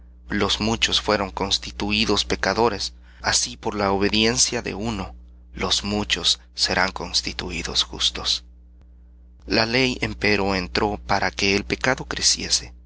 los muchos fueron constituídos pecadores así por la obediencia de uno los muchos serán constituídos justos la ley empero entró para que el pecado creciese